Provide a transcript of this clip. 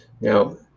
Now